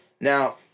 Now